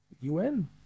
UN